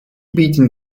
bieten